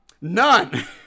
none